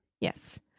Yes